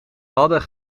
hadden